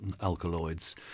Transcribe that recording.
alkaloids